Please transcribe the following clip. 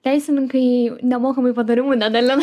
teisininkai nemokamai patarimų nedalina